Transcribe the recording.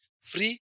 free